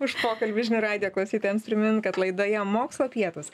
už pokalbį žinių radijo klausytojams primint kad laidoje mokslo pietūs